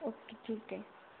okay ठीक आहे